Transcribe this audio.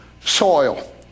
soil